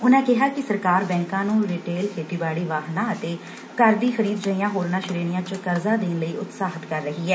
ਉਨਾਂ ਕਿਹਾ ਕਿ ਸਰਕਾਰ ਬੈਕਾਂ ਨੂੰ ਰਿਟੇਲ ਖੇਤੀਬਾਤੀ ਵਾਹਨਾਂ ਅਤੇ ਘਰ ਦੀ ਖਰੀਦ ਜਿਹੀਆਂ ਹੋਰਨਾਂ ਸ੍ੇਣੀਆਂ ਚ ਕਰਜ਼ਾ ਦੇਣ ਲਈ ਉਤਸ਼ਾਹਿਤ ਕਰ ਰਹੀ ਐ